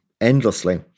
endlessly